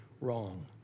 wrong